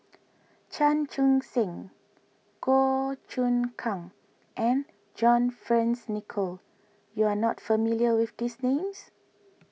Chan Chun Sing Goh Choon Kang and John Fearns Nicoll you are not familiar with these names